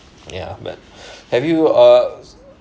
ya but have you uh